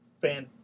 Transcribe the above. fan